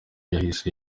yahise